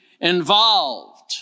involved